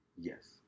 Yes